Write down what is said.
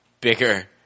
bigger